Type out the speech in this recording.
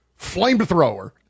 flamethrower